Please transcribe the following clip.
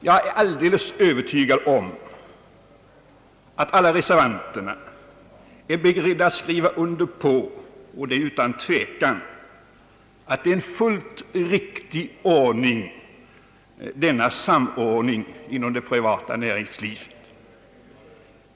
Jag är helt övertygad om att alla reservanterna är beredda att skriva un der på och det utan tvekan — att denna samordning inom det privata näringslivet är en fullkomligt riktig ordning.